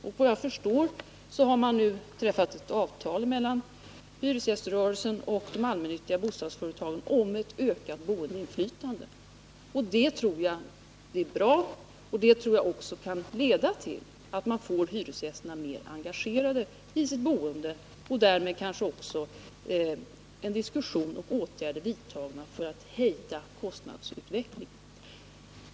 Såvitt jag förstår har det nu träffats ett avtal mellan hyresgäströrelsen och de allmännyttiga bostadsföretagen om ett ökat boendeinflytande. Jag tror att detta är en bra åtgärd och att den kan leda till att hyresgästerna blir mer engagerade i sitt boende. Därmed kan man kanske också få till stånd en diskussion om åtgärder för att hejda kostnadsutvecklingen.